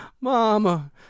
mama